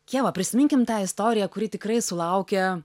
ieva prisiminkim tą istoriją kuri tikrai sulaukė